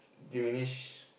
diminish